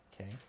Okay